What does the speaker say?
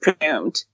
presumed